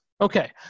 Okay